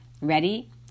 Ready